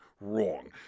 wrong